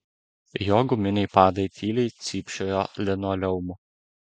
jo guminiai padai tyliai cypčiojo linoleumu